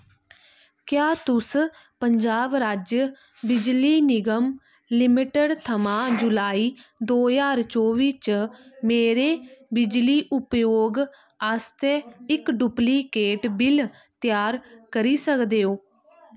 क्या तुस पंजाब राज्य बिजली निगम लिमिटेड थमां जुलाई दो ज्हार चौबी च मेरे बिजली उपयोग आस्तै इक डुप्लिकेट बिल त्यार करी सकदे ओ